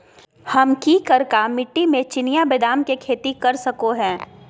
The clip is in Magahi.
हम की करका मिट्टी में चिनिया बेदाम के खेती कर सको है?